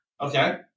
Okay